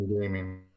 gaming